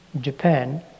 Japan